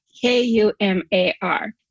k-u-m-a-r